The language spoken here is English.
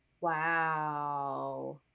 Wow